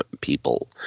people